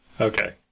okay